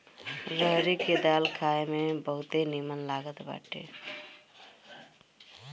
रहरी के दाल खाए में बहुते निमन लागत बाटे